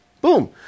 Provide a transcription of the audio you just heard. Boom